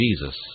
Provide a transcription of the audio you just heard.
Jesus